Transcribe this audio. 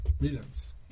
millions